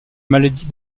maladie